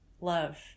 Love